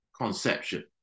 conception